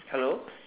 hello